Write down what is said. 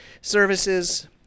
services